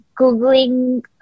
Googling